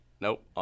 Nope